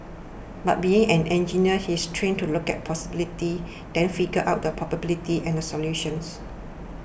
but being an engineer he is trained to look at possibilities then figure out the probabilities and solutions